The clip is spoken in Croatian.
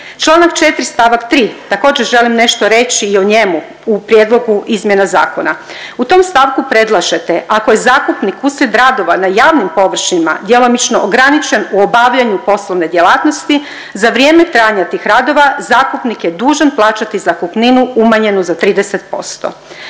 Članak 4. stavak 3., također želim nešto reći i o njemu u prijedlogu izmjena zakona. U tom stavku predlažete, ako je zakupnik uslijed radova na javnim površinama djelomično ograničen u obavljanju poslovne djelatnosti, za vrijeme trajanja tih radova zakupnik je dužan plaćati zakupninu umanjenu za 30%.